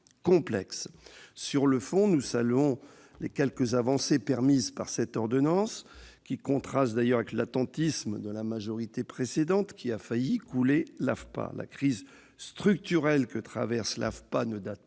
Sur le fond, nous saluons les quelques avancées permises par cette ordonnance, ce qui contraste avec l'attentisme de la majorité précédente qui a failli couler l'AFPA. La crise structurelle que traverse l'AFPA ne date pas